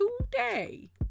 today